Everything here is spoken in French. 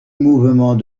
mouvement